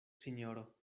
sinjoro